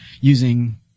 using